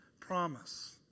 promise